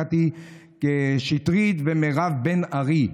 קטי שטרית ומירב בן ארי.